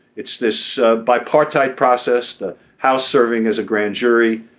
it's this by party process the house serving as a grand jury.